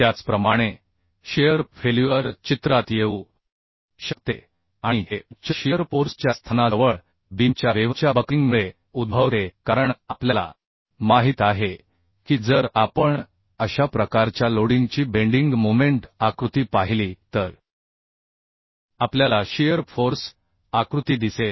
त्याचप्रमाणे shear failure चित्रात येऊ शकते आणि हे उच्च शिअर फोर्सच्या स्थानाजवळ बीमच्या वेव्हच्या बक्लिंगमुळे उद्भवते कारण आपल्याला माहित आहे की जर आपण अशा प्रकारच्या लोडिंगची बेंडिंग मोमेंट आकृती पाहिली तर आपल्याला शिअर फोर्स आकृती दिसेल